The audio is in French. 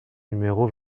numéro